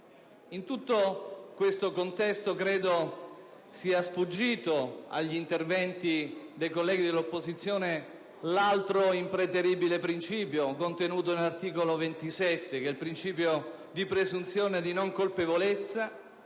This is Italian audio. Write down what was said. In tutto questo contesto credo sia sfuggito agli interventi dei colleghi dell'opposizione l'altro impreteribile contenuto dell'articolo 27, che è la presunzione di non colpevolezza,